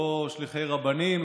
לא שליחי רבנים,